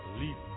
leap